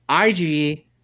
IG